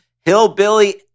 Hillbilly